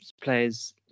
players